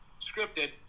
Scripted